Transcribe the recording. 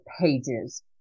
pages